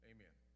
Amen